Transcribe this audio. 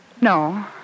No